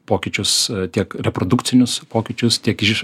pokyčius tiek reprodukcinius pokyčius tiek iš